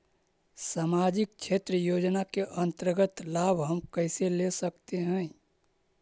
समाजिक क्षेत्र योजना के अंतर्गत लाभ हम कैसे ले सकतें हैं?